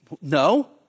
no